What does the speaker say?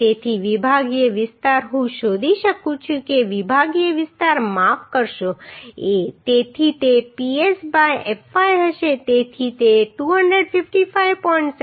તેથી વિભાગીય વિસ્તાર હું શોધી શકું છું કે વિભાગીય વિસ્તાર માફ કરશો A તેથી તે Ps બાય fy હશે તેથી તે 255